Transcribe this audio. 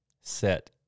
set